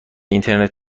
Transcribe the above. اینترنت